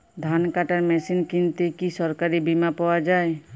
ধান কাটার মেশিন কিনতে কি সরকারী বিমা পাওয়া যায়?